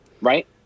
right